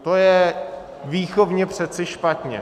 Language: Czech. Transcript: To je výchovně přece špatně.